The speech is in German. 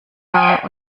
nah